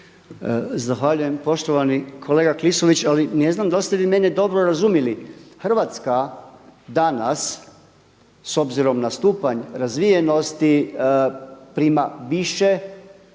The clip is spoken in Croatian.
Zahvaljujem. Poštovani kolega Klisović, ali ne znam da li ste vi mene dobro razumjeli. Hrvatska danas, s obzirom na stupanj razvijenosti prima više